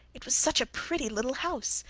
it was such a pretty little house,